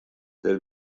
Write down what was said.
der